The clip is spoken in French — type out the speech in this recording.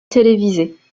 télévisées